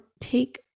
take